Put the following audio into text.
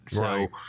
Right